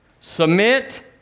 Submit